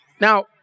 Now